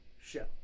show